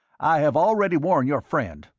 i have already warned your friend.